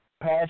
pass